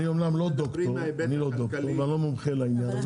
אמנם אני לא דוקטור ולא מומחה לעניין,